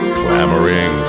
clamoring